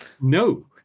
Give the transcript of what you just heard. No